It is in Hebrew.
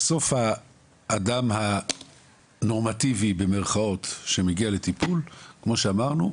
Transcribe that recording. בסוף האדם ה"נורמטיבי" שמגיע לטיפול כמו שאמרנו,